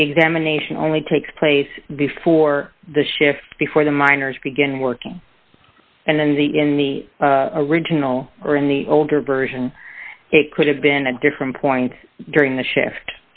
the examination only takes place before the shift before the miners begin working and then the in the original or in the older version it could have been a different point during the shift